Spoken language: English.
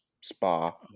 spa